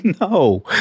No